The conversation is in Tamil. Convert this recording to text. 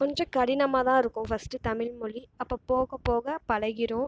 கொஞ்சம் கடினமாக தான் இருக்கும் ஃபஸ்ட்டு தமிழ் மொழி அப்புறம் போக போக பழகிடும்